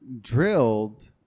drilled